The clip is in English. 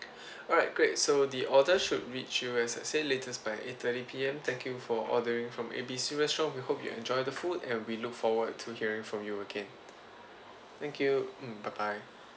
alright great so the order should reach you as I said latest by eight thirty P_M thank you for ordering from A B C restaurant we hope you enjoy the food and we look forward to hearing from you again thank you mm bye bye